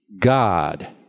God